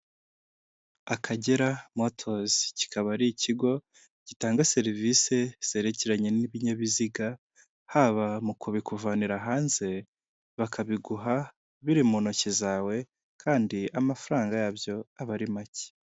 Akagera motozi kikaba ari ikigo gitanga serivise zerekeranye n'ibinyabiziga haba mu kubikuvanira hanze bakabiguha biri mu ntoki zawe kandi amafaranga yabyo aba ari make.